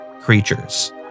creatures